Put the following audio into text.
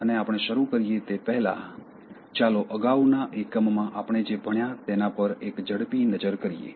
અને આપણે શરૂ કરીએ તે પહેલાં ચાલો અગાઉના એકમમાં આપણે જે ભણ્યા તેના પર એક ઝડપી નજર કરીએ